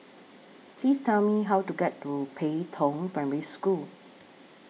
Please Tell Me How to get to Pei Tong Primary School